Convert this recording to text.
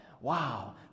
wow